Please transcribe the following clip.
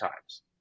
times